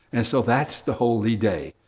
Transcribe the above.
and so, that's the holy day.